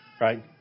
right